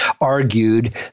argued